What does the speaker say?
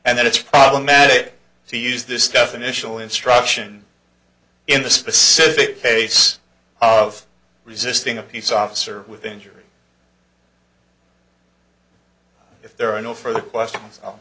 and that it's problematic to use this definitional instruction in the specific case of resisting a police officer with injury if there are no further quest